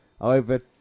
over